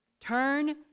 Turn